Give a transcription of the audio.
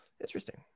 Interesting